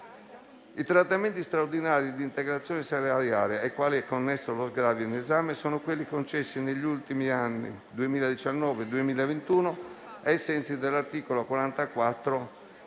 I trattamenti straordinari di integrazione salariale ai quali è connesso lo sgravio in esame sono quelli concessi negli ultimi anni 2019-2021, ai sensi dell'articolo 44